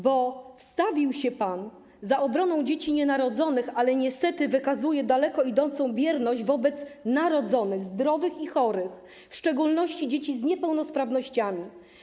Bo wstawił się pan za obroną dzieci nienarodzonych, ale niestety wykazuje daleko idącą bierność wobec narodzonych, zdrowych i chorych, w szczególności dzieci z niepełnosprawnościami.